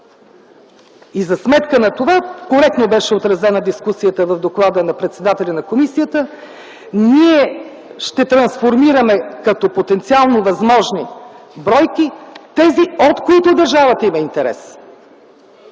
За сметка на това коректно беше отразена дискусията в доклада на председателя на комисията. Ние ще трансформираме като потенциално възможни бройки тези, от които държавата има интерес.